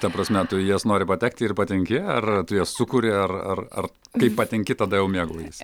ta prasme tu į jas nori patekti ir patenki ar tu ją sukuri ar ar ar kai patenki tada jau mėgaujiesi